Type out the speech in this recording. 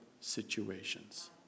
situations